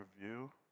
review